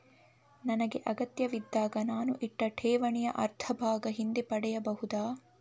ನನಗೆ ಅಗತ್ಯವಿದ್ದಾಗ ನಾನು ಇಟ್ಟ ಠೇವಣಿಯ ಅರ್ಧಭಾಗ ಹಿಂದೆ ಪಡೆಯಬಹುದಾ?